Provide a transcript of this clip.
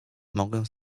mogę